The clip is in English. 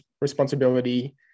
responsibility